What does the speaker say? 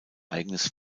eigenes